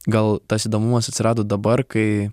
gal tas įdomumas atsirado dabar kai